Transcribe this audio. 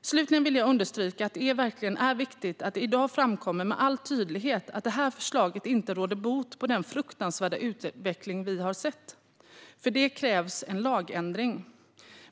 Slutligen vill jag understryka att det verkligen är viktigt att det i dag framkommer med all tydlighet att det här förslaget inte råder bot på den fruktansvärda utveckling vi har sett. För det krävs en lagändring.